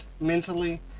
mentally